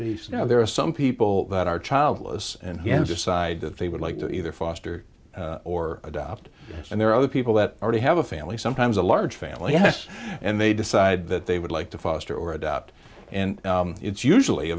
be so now there are some people that are childless and he has decided that they would like to either foster or adopt and there are other people that already have a family sometimes a large family yes and they decide that they would like to foster or adopt and it's usually a